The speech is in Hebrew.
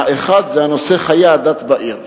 האחד זה נושא חיי הדת בעיר.